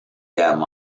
them